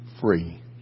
free